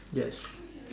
yes